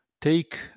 take